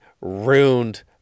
ruined